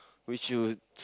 which you